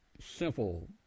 simple